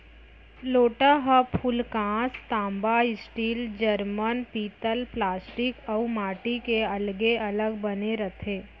लोटा ह फूलकांस, तांबा, स्टील, जरमन, पीतल प्लास्टिक अउ माटी के अलगे अलग बने रथे